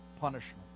punishment